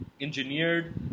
engineered